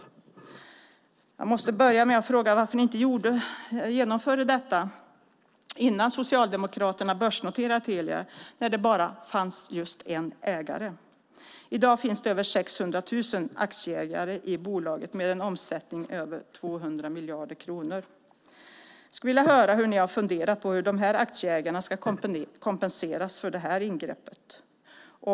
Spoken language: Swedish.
Jag måste börja med att fråga varför ni inte genomförde detta innan Socialdemokraterna börsnoterade Telia, när det bara fanns en ägare? I dag finns det över 600 000 aktieägare i bolaget med en omsättning över 200 miljarder kronor. Jag skulle vilja höra om ni har funderat på hur aktieägarna ska kompenseras för det här ingreppet.